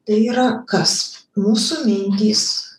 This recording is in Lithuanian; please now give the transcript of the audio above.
tai yra kas mūsų mintys